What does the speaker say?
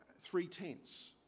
Three-tenths